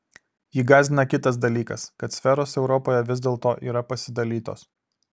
jį gąsdina kitas dalykas kad sferos europoje vis dėlto yra pasidalytos